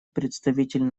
представитель